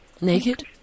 Naked